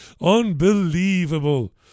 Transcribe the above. Unbelievable